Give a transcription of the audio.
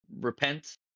repent